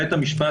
בית המשפט,